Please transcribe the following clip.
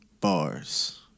Bars